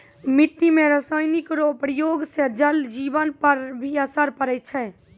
मिट्टी मे रासायनिक रो प्रयोग से जल जिवन पर भी असर पड़ै छै